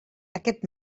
aquest